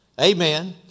Amen